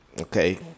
Okay